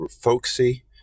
folksy